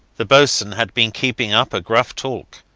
the boatswain had been keeping up a gruff talk,